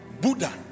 Buddha